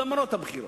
למרות הבחירות.